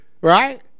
right